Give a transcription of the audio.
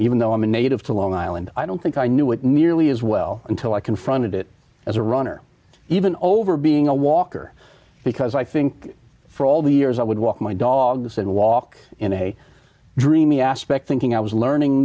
even though i'm a native to long island i don't think i knew it nearly as well until i confronted it as a runner even over being a walker because i think for all the years i would walk my dogs and walk in a dreamy aspect thinking i was learning